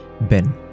Ben